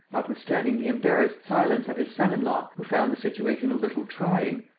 notwithstanding the embarrassed silence of his son-in-law, who found the situation a little trying,